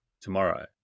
tomorrow